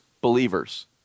believers